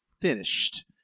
finished